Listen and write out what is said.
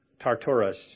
tartarus